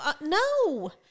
no